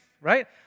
right